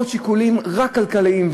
עוד שיקולים רק כלכליים,